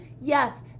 yes